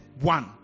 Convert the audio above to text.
one